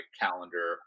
calendar